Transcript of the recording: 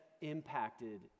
impacted